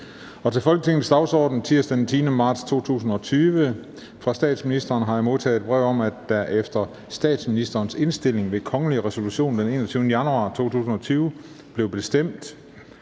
forretningsorden m.m. Fra statsministeren har jeg modtaget brev om, at det efter statsministerens indstilling ved kongelig resolution den 21. januar 2020 blev bestemt,